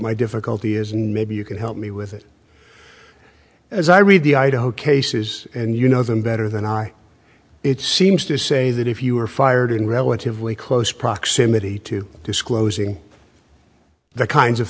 my difficulty is and maybe you can help me with it as i read the idaho cases and you know them better than i it seems to say that if you are fired in relatively close proximity to disclosing the kinds of